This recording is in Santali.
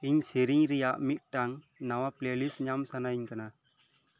ᱤᱧ ᱥᱤᱨᱤᱧ ᱨᱮᱭᱟᱜ ᱢᱤᱫᱴᱟᱝ ᱱᱟᱣᱟ ᱯᱞᱮᱹ ᱞᱤᱥᱴ ᱧᱟᱢ ᱥᱟᱱᱟᱧ ᱠᱟᱱᱟ